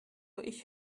ich